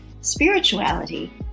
spirituality